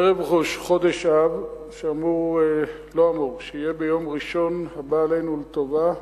ערב ראש חודש אב שיהיה ביום ראשון הבא עלינו לטובה,